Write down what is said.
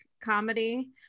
comedy